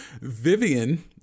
Vivian